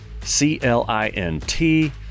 c-l-i-n-t